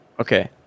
Okay